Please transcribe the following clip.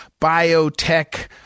biotech